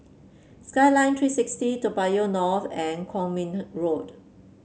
Skyline Three sixty Toa Payoh North and Kwong Min Road